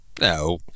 No